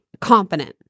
Confident